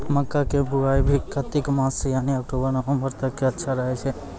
मक्का के बुआई भी कातिक मास यानी अक्टूबर नवंबर तक अच्छा रहय छै